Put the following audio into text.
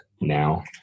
now